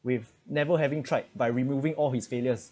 we've never having tried by removing all his failures